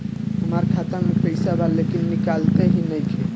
हमार खाता मे पईसा बा लेकिन निकालते ही नईखे?